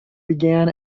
began